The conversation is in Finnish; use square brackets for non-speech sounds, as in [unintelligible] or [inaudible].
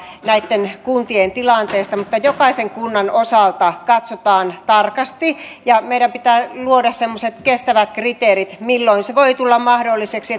näitten kuntien tilanteista mutta jokaisen kunnan osalta tämä katsotaan tarkasti ja meidän pitää luoda semmoiset kestävät kriteerit milloin se voi tulla mahdolliseksi [unintelligible]